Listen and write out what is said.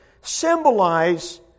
symbolize